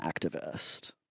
activist